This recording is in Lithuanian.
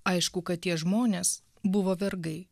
aišku kad tie žmonės buvo vergai